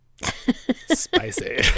Spicy